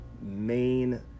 main